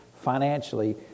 financially